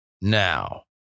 Now